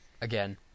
Again